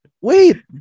Wait